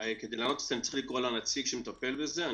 כדי לענות על זה אני צריך לקרוא לנציג שמטפל בזה.